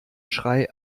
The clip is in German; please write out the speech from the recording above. schrei